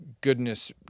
goodness